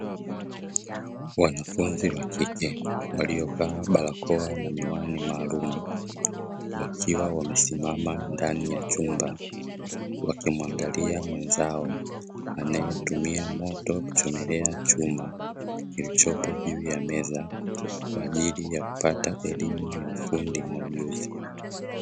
Wanafunzi wa kike waliovaa barakoa na miwani, maalumu wakiwa wamesimama ndani ya chumba wakimwangalia mwenzao anayetumia moto kuchomelea chuma kilichopo juu ya meza, kwa ajili ya kupata elimu ya ufundi na ujuzi.